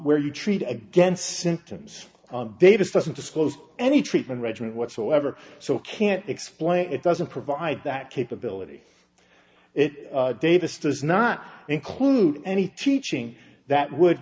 where you treat against symptoms degas doesn't disclose any treatment regimen whatsoever so can't explain it doesn't provide that capability it davis does not include any teaching that would